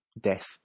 Death